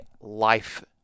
life